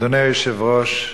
אדוני היושב-ראש,